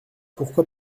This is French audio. pourquoi